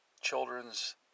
children's